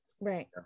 Right